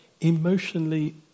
emotionally